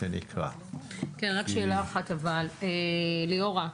שאלה אחת: ליאורה,